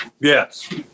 Yes